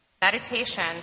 Meditation